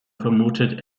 vermutet